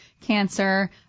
cancer